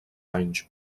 anys